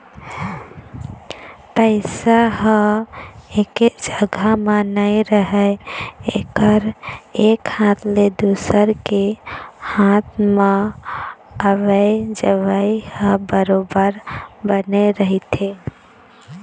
पइसा ह एके जघा म नइ राहय एकर एक हाथ ले दुसर के हात म अवई जवई ह बरोबर बने रहिथे